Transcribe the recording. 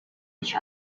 each